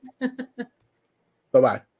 Bye-bye